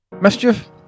Mischief